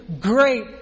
great